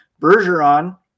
Bergeron